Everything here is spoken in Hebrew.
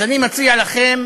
אז אני מציע לכם